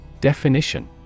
Definition